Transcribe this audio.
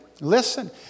listen